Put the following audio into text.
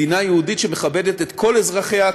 מדינה יהודית שמכבדת את כל אזרחיה,